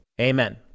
Amen